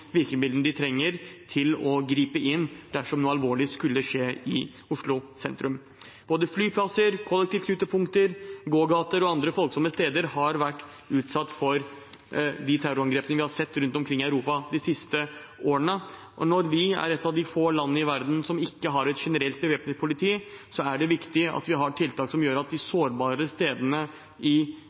har de virkemidlene de trenger for å gripe inn dersom noe alvorlig skulle skje i Oslo sentrum. Vi har sett at både flyplasser, kollektivknutepunkter, gågater og andre folksomme steder har vært utsatt for terrorangrep rundt omkring i Europa de siste årene. Når vi er et av de få landene i verden som ikke har et generelt bevæpnet politi, er det viktig at vi har tiltak ved de sårbare stedene både i Oslo og i resten av Norge som gjør at